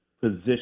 position